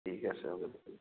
ঠিক আছে হ'ব